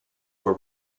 were